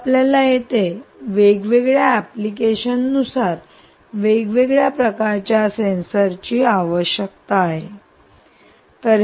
तर आपल्याला येथे वेगवेगळ्या एप्लीकेशन नुसार वेगवेगळ्या प्रकारच्या सेन्सरची आवश्यकता आहे